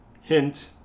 Hint